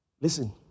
Listen